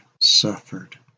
suffered